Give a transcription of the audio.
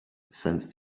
sensed